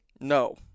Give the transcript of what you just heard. No